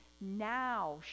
now